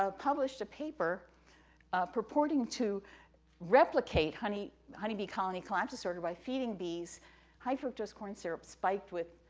ah published a paper purporting to replicate honeybee honeybee colony collapse disorder by feeding bees high fructose corn syrup spiked with,